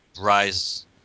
Rise